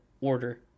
order